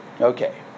Okay